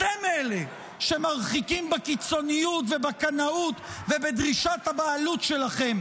אתם אלה שמרחיקים בקיצוניות ובקנאות ובדרישת הבעלות שלכם